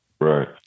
right